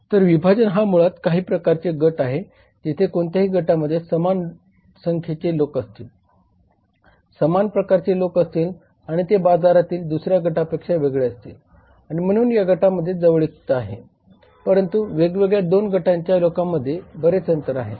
तर विभाजन हा मुळात काही प्रकारचे गट आहे जिथे कोणत्याही गटामध्ये समान संख्येचे लोक असतील समान प्रकारचे लोक असतील आणि ते बाजारातील दुसर्या गटापेक्षा वेगळे असतील आणि म्हणून या गटांमध्ये जवळीकता आहे परंतु वेगवेगळ्या 2 गटांच्या लोकांमध्ये बरेच अंतर आहे